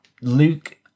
luke